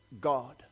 God